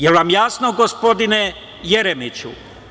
Jel vam jasno, gospodine Jeremiću?